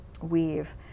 weave